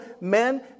men